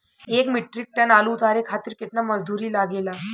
एक metric tonne आलू उतारे खातिर केतना मजदूरी लागेला?